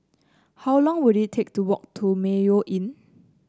how long will it take to walk to Mayo Inn